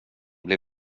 blir